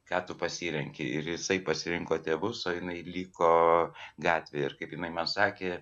ką tu pasirenki ir jisai pasirinko tėvus o jinai liko gatvėje ir kaip jinai man sakė